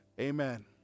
Amen